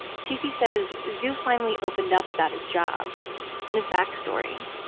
cc says zhu finally opened up about his job and his backstory.